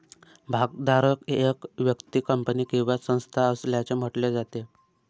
भागधारक एक व्यक्ती, कंपनी किंवा संस्था असल्याचे म्हटले जाते